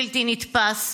בלתי נתפס,